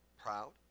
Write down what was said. proud